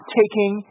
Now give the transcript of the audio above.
taking